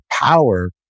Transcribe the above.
power